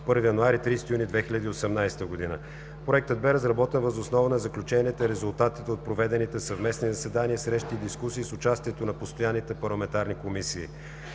1 януари – 30 юни 2018 г. Проектът бе разработен въз основа на заключенията и резултатите от проведените съвместни заседания, срещи и дискусии с участието на постоянните парламентарни комисии.